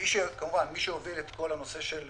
מי שהוביל את כל הנושא של